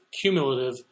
cumulative